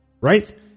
right